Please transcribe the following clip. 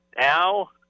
now